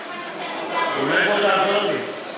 אולי בוא תעזור לי.